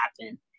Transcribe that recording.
happen